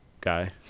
guy